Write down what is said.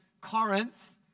Corinth